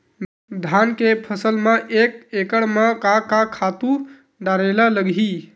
धान के फसल म एक एकड़ म का का खातु डारेल लगही?